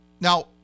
Now